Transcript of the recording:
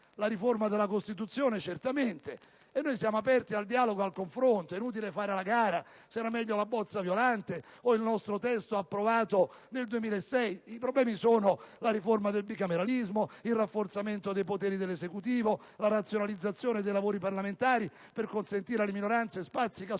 riforma della Costituzione. A tale riguardo siamo aperti al dialogo e al confronto. È inutile fare una gara se sia meglio la bozza Violante o il testo da noi approvato nel 2006. I problemi sono la riforma del bicameralismo, il rafforzamento dei poteri dell'Esecutivo, la razionalizzazione dei lavori parlamentari per consentire alle minoranze spazi maggiori,